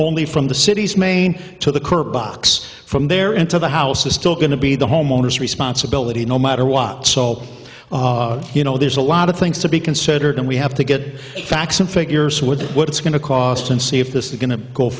only from the city's main to the curb box from there into the house is still going to be the homeowners responsibility no matter what so you know there's a lot of things to be considered and we have to get the facts and figures with what it's going to cost and see if this is going to go